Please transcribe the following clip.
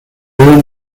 eran